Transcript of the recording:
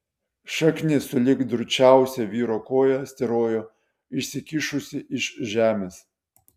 šaknis sulig drūčiausia vyro koja styrojo išsikišusi iš žemės